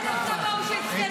אלף כמוהו שיפסלו.